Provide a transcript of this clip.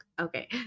okay